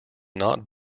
not